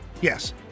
Yes